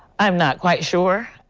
i'm not quite sure.